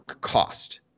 cost